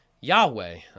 Yahweh